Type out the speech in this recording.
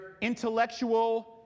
intellectual